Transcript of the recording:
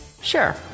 Sure